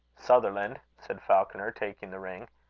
sutherland, said falconer, taking the ring,